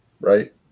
right